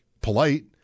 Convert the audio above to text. polite